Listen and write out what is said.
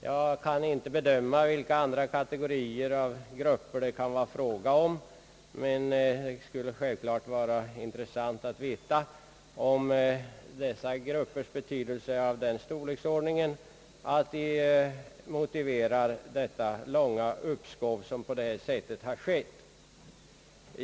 Jag kan inte bedöma vilka andra kategorier av arbetsgrupper det kan vara fråga om, men det skulle givetvis vara intressant att veta om dessa grupper har sådan betydelse att det motiverar ett så långt uppskov som det här rör sig om.